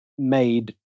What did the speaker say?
made